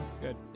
Good